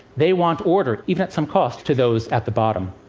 they want order, even at some cost, to those at the bottom.